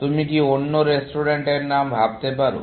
তুমি কি অন্য রেস্টুরেন্টের নাম ভাবতে পারো